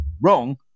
wrong